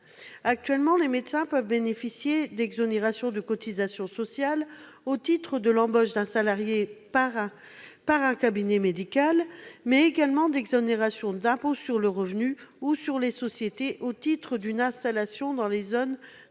Actuellement, les médecins peuvent bénéficier de l'exonération de cotisations sociales au titre de l'embauche d'un salarié, mais également de l'exonération de l'impôt sur le revenu ou sur les sociétés, au titre d'une installation dans une zone de revitalisation